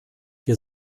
wir